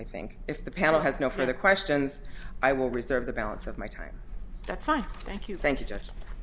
i think if the panel has no further questions i will reserve the balance of my time that's why thank you thank you just